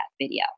video